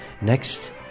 Next